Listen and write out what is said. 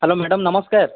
hello madam ନମସ୍କାର